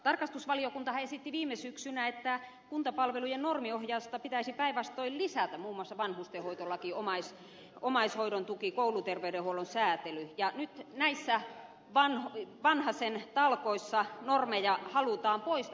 tarkastusvaliokuntahan esitti viime syksynä että kuntapalvelujen normiohjausta pitäisi päinvastoin lisätä muun muassa vanhustenhoitolaki omaishoidon tuki kouluterveydenhuollon säätely ja nyt näissä vanhasen talkoissa normeja halutaan poistaa